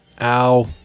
ow